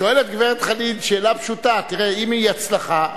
שואלת גברת חנין שאלה פשוטה: אם הוא הצלחה,